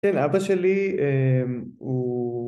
‫כן, אבא שלי, אמ... הוא...